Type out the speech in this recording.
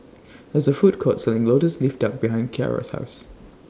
There IS A Food Court Selling Lotus Leaf Duck behind Ciarra's House